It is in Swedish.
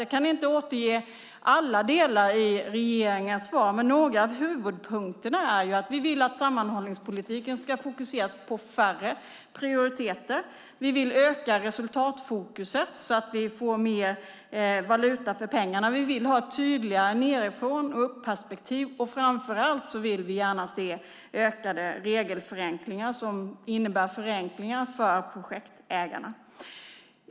Jag kan inte återge alla delar i regeringens svar, men några av huvudpunkterna är att vi vill att sammanhållningspolitiken ska fokuseras på färre prioriteter, vi vill öka resultatfokuset så att vi får mer valuta för pengarna, vi vill ha ett tydligare nedifrån-och-upp-perspektiv, och framför allt vill vi gärna se ökade regelförenklingar för projektägarna.